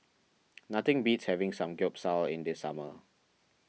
nothing beats having Samgeyopsal in the summer